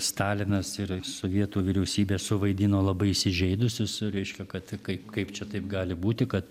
stalinas ir sovietų vyriausybė suvaidino labai įsižeidusius reiškia kad kaip kaip čia taip gali būti kad